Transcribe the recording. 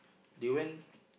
they went